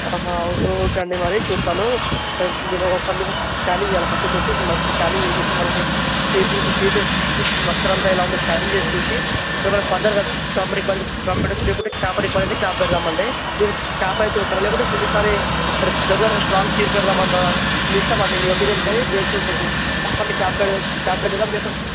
okay అండి మరి చూస్తాను మీకు ఒకసారి మీకు స్క్యానింగ్ తియ్యాల ఫస్ట్ వచ్చేసి మనకి స్క్యానింగ్ తీసేసి మనకి టీత్ టీత్ స్ట్రక్చర్ అంతా ఎలా ఉందో స్క్యానింగ్ చేసి చూసి ఏమైనా ఫర్దర్గా స్టంమరికార్ క్యాప్ పెట్టచ్చు లేకుంటే క్యాప్ పెడదామండి క్యాప్ అయితే చూస్తారా లేకుంటే ఈసారి రెగ్యులర్ స్ట్రాంగ్ టీత్ పెడదామంటారా మీ ఇష్టం అండి మీ ఒపీనియన్ పై బేస్ ఉంటుంది చెప్పండి క్యాప్ పెడదా క్యాప్ పెడదామా లేకుంటే